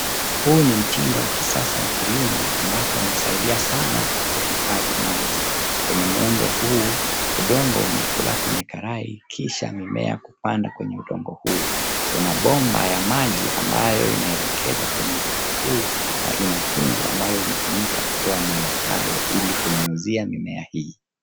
Huu ni mtindo wa kisasa wa kilimo ambapo unasaidia sana kuhifadhi maji. Kwenye muundo huu, udongo umewekelewa kwenye karai kisha mimea kupandwa kwenye udongo huo. Kuna bomba ya maji ambayo inaelekeza kwenye udongo huu na ina tundu ambazo zinatumika kutoa maji hayo ili kunyunyuzia mimea hii.